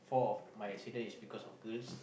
four of my accident is because of girls